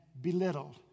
belittled